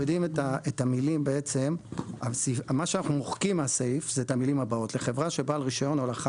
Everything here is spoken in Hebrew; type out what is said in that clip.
מה שאנחנו מוחקים מהסעיף זה את המילים הבאות: לחברה שבעל רישיון הולכה